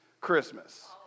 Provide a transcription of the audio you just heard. Christmas